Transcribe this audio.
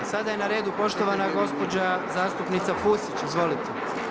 A sada je na redu poštovana gospođa zastupnica Pusić, izvolite.